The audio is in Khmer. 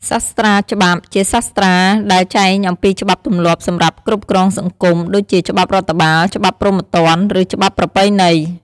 សាស្ត្រាច្បាប់ ជាសាស្ត្រាដែលចែងអំពីច្បាប់ទម្លាប់សម្រាប់គ្រប់គ្រងសង្គម ដូចជាច្បាប់រដ្ឋបាល ច្បាប់ព្រហ្មទណ្ឌ ឬច្បាប់ប្រពៃណី។